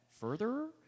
further